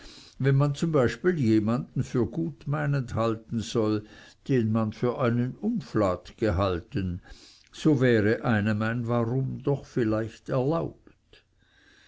wenn man zum beispiel jemanden für gutmeinend halten soll den man für einen unflat gehalten so wäre einem ein warum doch vielleicht erlaubt